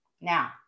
Now